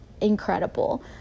incredible